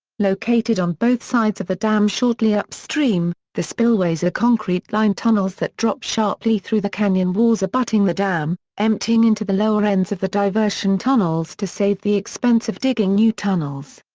located on both sides of the dam shortly upstream, the spillways are concrete-lined tunnels that drop sharply through the canyon walls abutting the dam, emptying into the lower ends of the diversion tunnels to save the expense of digging new tunnels.